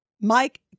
Mike